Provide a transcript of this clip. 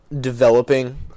developing